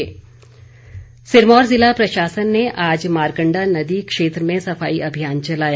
सफाई अभियान सिरमौर ज़िला प्रशासन ने आज मारकण्डा नदी क्षेत्र में सफाई अभियान चलाया